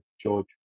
George